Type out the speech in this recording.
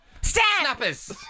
Snappers